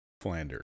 Flanders